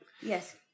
Yes